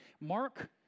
Mark